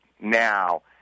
now